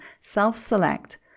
self-select